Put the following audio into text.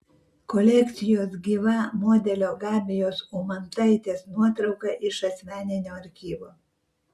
kolekcijos gyva modelio gabijos umantaitės nuotrauka iš asmeninio archyvo